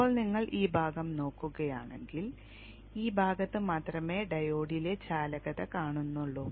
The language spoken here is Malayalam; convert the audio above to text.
ഇപ്പോൾ നിങ്ങൾ ഈ ഭാഗം നോക്കുകയാണെങ്കിൽ ഈ ഭാഗത്ത് മാത്രമേ ഡയോഡിലെ ചാലകത കാണുകയുള്ളൂ